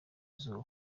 izuba